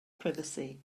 privacy